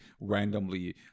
randomly